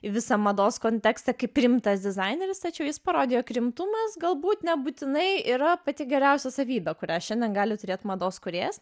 į visą mados kontekste kaip rimtas dizaineris tačiau jis parodė jog rimtumas galbūt nebūtinai yra pati geriausia savybė kurią šiandien gali turėt mados kūrėjas